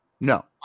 No